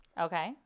Okay